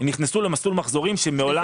נכנסו למסלול מחזורים שמעולם לא היה.